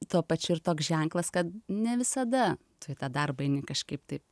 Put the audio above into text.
tuo pačiu ir toks ženklas kad ne visada tu į tą darbą eini kažkaip taip